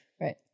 Right